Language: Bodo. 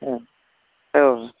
अ औ